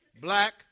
black